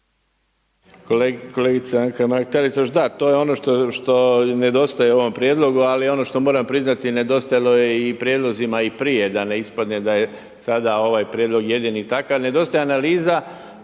Kolegica Anka Mrak-Taritaš da, to je ono što nedostaje u ovom prijedlogu, ali ono što moram priznati nedostajalo je u prijedlozima i prije, da ne ispadne da je sada ovaj prijedlog jedini takav. Nedostaje analiza